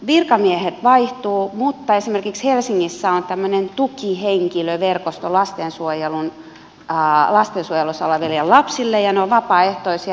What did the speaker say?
virkamiehet vaihtuvat mutta esimerkiksi helsingissä on tämmöinen tukihenkilöverkosto lastensuojelussa oleville lapsille ja he ovat vapaaehtoisia